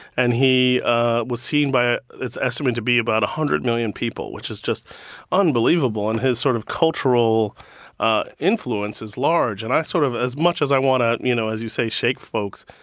and he ah was seen by, it's estimated to be about a hundred million people, which is just unbelievable. and his sort of cultural ah influence is large and i sort of, as much as i want to, you know, as you say shake folks,